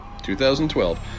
2012